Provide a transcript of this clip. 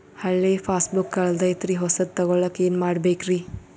ಹಳೆ ಪಾಸ್ಬುಕ್ ಕಲ್ದೈತ್ರಿ ಹೊಸದ ತಗೊಳಕ್ ಏನ್ ಮಾಡ್ಬೇಕರಿ?